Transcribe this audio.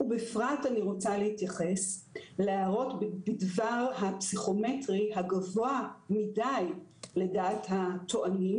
ובפרט אני רוצה להתייחס להערות בדבר הפסיכומטרי הגבוה מדי לדעת הטוענים,